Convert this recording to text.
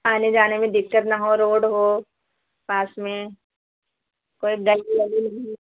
आने जाने में दिक्कत न हो रोड हो पास में कोई गली वली नहीं